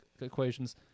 equations